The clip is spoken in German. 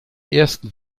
ersten